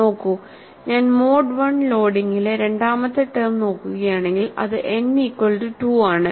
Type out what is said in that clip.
നോക്കൂ ഞാൻ മോഡ് 1 ലോഡിങ്ങിലെ രണ്ടാമത്തെ ടേം നോക്കുകയാണെങ്കിൽ അത് n ഈക്വൽ റ്റു 2 ആണ്